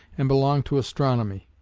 and belong to astronomy.